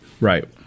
Right